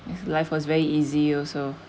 cause life was very easy also